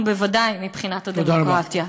ובוודאי מבחינת הדמוקרטיה.